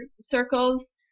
circles